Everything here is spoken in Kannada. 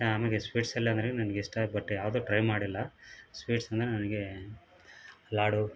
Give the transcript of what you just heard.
ಆಮೇಲೆ ಸ್ವೀಟ್ಸ್ ಎಲ್ಲ ಅಂದ್ರೂ ನನಗೆ ಇಷ್ಟ ಬಟ್ ಯಾವುದು ಟ್ರೈ ಮಾಡಿಲ್ಲ ಸ್ವೀಟ್ಸ್ ಅಂದರೆ ನನಗೆ ಲಾಡು